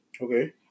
Okay